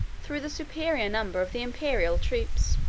through the superior number of the imperial troops.